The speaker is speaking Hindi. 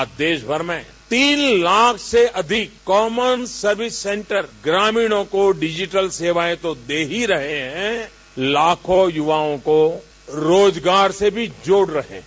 आज देश भर में तीन लाख से अधिक कॉमेन्स सर्विस सेन्टर ग्रामीण को डिजिटल सेवा तो दे रही है लाखों युवाओं को रोजगार से भी जोड़ रहे है